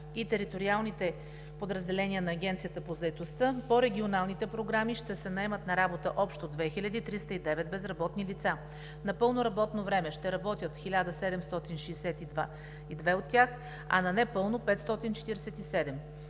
и териториалните подразделения на Агенцията по заетостта по регионалните програми ще се наемат на работа общо 2309 безработни лица – на пълно работно време ще работят 1762 от тях, а на непълно – 547.